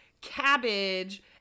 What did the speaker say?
cabbage